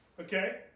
Okay